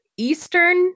Eastern